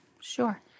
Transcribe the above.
Sure